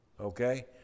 Okay